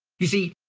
you see,